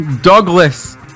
Douglas